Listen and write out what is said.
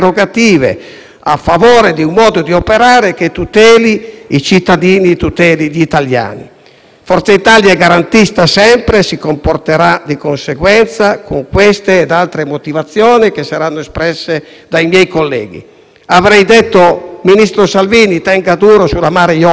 Forza Italia è garantista sempre e si comporterà di conseguenza, con queste ed altre motivazioni che saranno espresse dai miei colleghi. Avrei detto: ministro Salvini, tenga duro sulla nave Mare Jonio, ma forse è andata diversamente; non ne conosco le ragioni, doveva andare così.